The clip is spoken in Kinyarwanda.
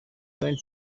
donald